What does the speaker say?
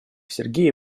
сергей